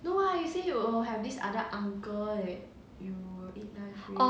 no lah you said you have this other uncle that you eat lunch with